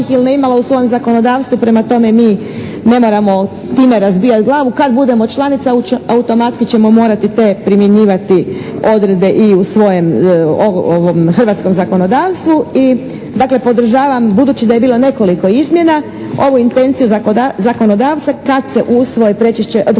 ili ne imala u svojem zakonodavstvu prema tome, mi ne moramo time razbijati glavu. Kad budemo članica automatski ćemo morati te primjenjivati odredbe i u svojem hrvatskom zakonodavstvu i podržavam budući da je bilo nekoliko izmjena ovu intenciju zakonodavca kad se usvoji tekst